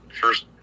first